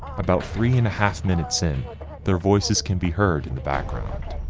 about three and a half minutes in their voices can be heard in the background,